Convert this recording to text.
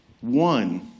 one